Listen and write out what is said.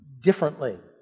differently